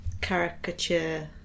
caricature